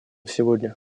сегодня